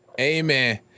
Amen